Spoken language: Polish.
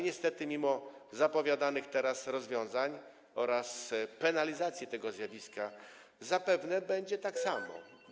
Niestety mimo zapowiadanych teraz rozwiązań oraz penalizacji tego zjawiska, zapewne będzie tak samo.